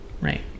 Right